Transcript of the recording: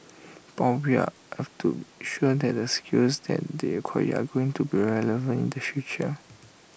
but we are have to sure that the skills that they acquire are going to be relevant in the future